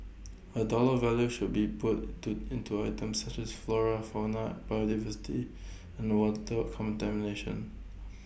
A dollar value should be put to into items such as flora fauna biodiversity and water contamination